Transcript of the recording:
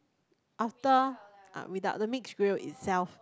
after ah without the mixed grill itself